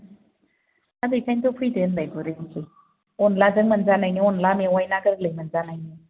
हा बेखायनोथ' फैदो होनबाय गुरहैनोसै अनलाजों मोनजानायनि अनला मेउवाय ना गोरलै मोनजानायनि